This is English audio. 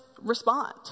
respond